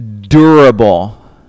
durable